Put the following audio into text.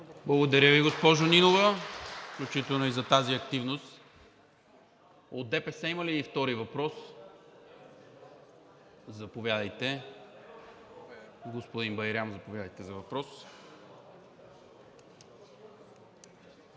Благодаря Ви, госпожо Нинова, включително и за тази активност. От ДПС има ли втори въпрос? Господин Байрам, заповядайте за въпрос.